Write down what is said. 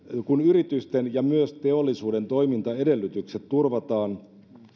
kun yritysten ja myös teollisuuden toimintaedellytykset turvataan